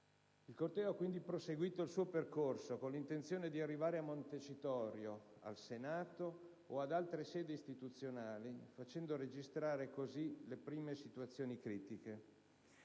Il corteo ha, quindi, proseguito il suo percorso con l'intenzione di arrivare a Montecitorio, al Senato o ad altre sedi istituzionali, facendo registrare così le prime situazioni critiche.